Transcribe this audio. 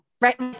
right